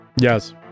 Yes